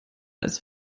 als